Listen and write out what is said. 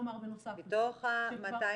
אני רוצה לומר בנוסף -- מתוך ה-290?